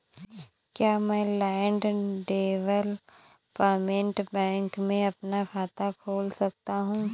क्या मैं land development bank में अपना खाता खोल सकता हूँ?